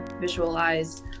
Visualize